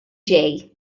ġej